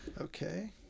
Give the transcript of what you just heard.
Okay